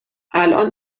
الان